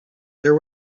there